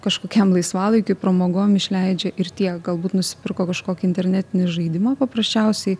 kažkokiam laisvalaikiui pramogom išleidžia ir tiek galbūt nusipirko kažkokį internetinį žaidimą paprasčiausiai